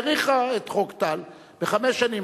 האריכה את חוק טל בחמש שנים,